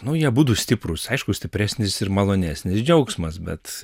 nu jie abudu stiprūs aišku stipresnis ir malonesnis džiaugsmas bet